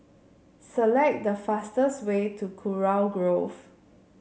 select the fastest way to Kurau Grove